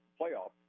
playoff